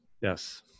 yes